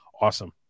awesome